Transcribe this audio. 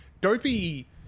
Dopey